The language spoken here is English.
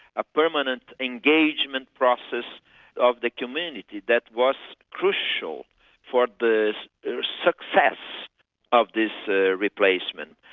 a permanent engagement process of the community that was crucial for the success of this ah replacement.